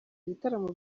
ibitaramo